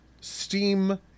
steam